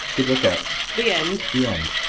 good work out the end the end.